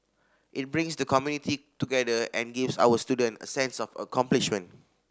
it brings the community together and gives our students a sense of accomplishment